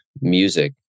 music